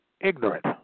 ignorant